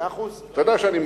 אתה יודע שאני מקשיב,